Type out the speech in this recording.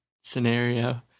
scenario